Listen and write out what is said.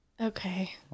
Okay